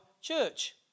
church